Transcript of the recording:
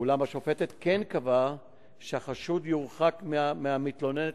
אולם השופטת כן קבעה שהחשוד יורחק מהמתלוננת